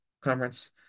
conference